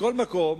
מכל מקום,